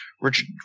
Richard